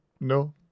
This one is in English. no